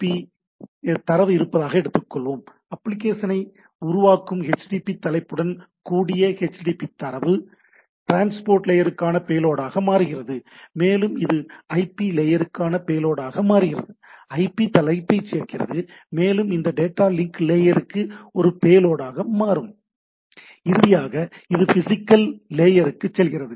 B தரவு இருப்பதாக எடுத்துக்கொள்வோம் அப்ளிகேஷனை உருவாக்கும் HTTP தலைப்புடன் கூடிய HTTP தரவு டிரான்ஸ்போர்ட் லேயருக்கான பேலோடாக மாறுகிறது மேலும் இது ஐபி லேயருக்கான பேலோடாக மாறுகிறது ஐபி தலைப்பைச் சேர்க்கிறது மேலும் இது இந்த டேட்டா லிங்க் லேயருக்கு ஒரு பேலோடாக மாறும் இறுதியாக இது பிசிக்கல் லேயருக்கு செல்கிறது